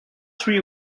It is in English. three